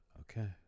okay